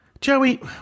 Joey